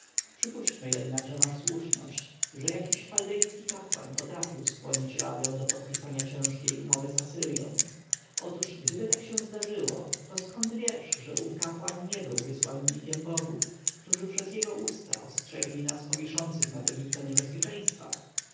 przypuśćmy jednak że masz słuszność że jakiś chaldejski kapłan potrafił skłonić radę do podpisania ciężkiej umowy z asyrją otóż gdyby tak się zdarzyło to skąd wiesz że ów kapłan nie był wysłannikiem bogów którzy przez jego usta ostrzegli nas o wiszących nad egiptem niebezpieczeństwach